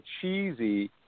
cheesy